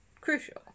crucial